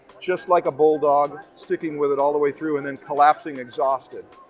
just like a bulldog, sticking with it all the way through and then collapsing, exhausted.